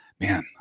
man